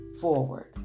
forward